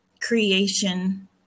creation